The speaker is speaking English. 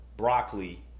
broccoli